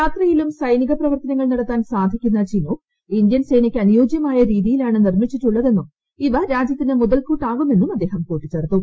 രാത്രിയിലും സൈനിക പ്രവർത്തനങ്ങൾ നടത്താൻ സാധിക്കുന്ന ഇന്ത്യൻ സേനയ്ക്ക് അനുയോജ്യമായ രീതിയിലാണ് ചിനുക്ക് നിർമ്മിച്ചിട്ടുള്ളതെന്നും ഇവ രാജ്യത്തിന് മുതൽക്കൂട്ടാകുമെന്നും അദ്ദേഹം കൂട്ടിച്ചേർത്തു